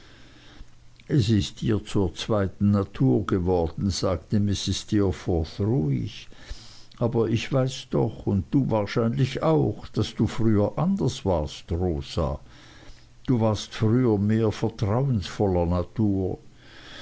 es ist dir zur zweiten natur geworden sagte mrs steerforth ruhig aber ich weiß noch und du wahrscheinlich auch daß du früher anders warst rosa du warst früher mehr vertrauensvoller natur